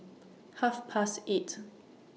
Half Past eight